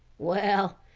well,